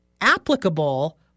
applicable